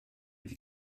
die